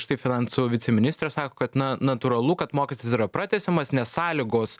štai finansų viceministras sako kad na natūralu kad mokestis yra pratęsiamas nes sąlygos